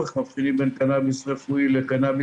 איך מבדילים בין קנאביס רגיל לרפואי